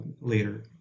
later